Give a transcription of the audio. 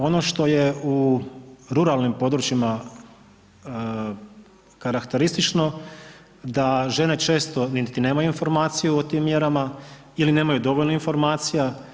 Ono što je u ruralnim područjima karakteristično da žene često niti nemaju informaciju o tim mjerama ili nemaju dovoljno informacija.